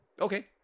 Okay